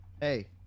Hey